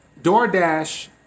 DoorDash